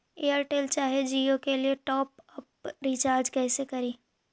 Airtel चाहे जियो के लिए टॉप अप रिचार्ज़ कैसे करी?